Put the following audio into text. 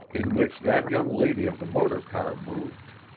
in which that young lady of the motor-car moved.